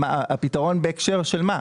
פתרון בהקשר למה?